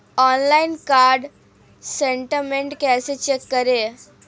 Online card statement कैसे check करें?